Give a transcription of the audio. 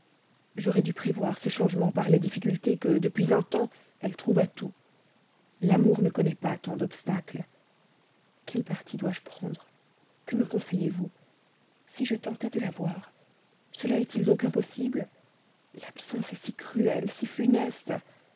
j'aurais dû prévoir ce changement par les difficultés que depuis un temps elle trouve à tout l'amour ne connaît pas tant d'obstacles quel parti dois-je prendre que me conseillez-vous si je tentais de la voir cela est-il donc impossible l'absence est si cruelle si funeste